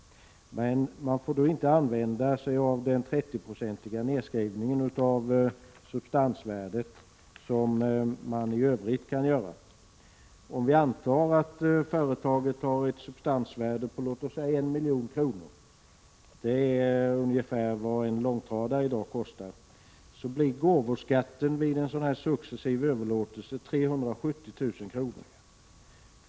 Men man får då inte använda sig av den 30-procentiga nedskrivning av substansvärdet som man kan göra i övrigt. Om vi antar att företaget har ett substansvärde på låt oss säga 1 milj.kr. — det är ungefär vad en långtradare kostar i dag — blir gåvoskatten vid en successiv överlåtelse 370 000 kr.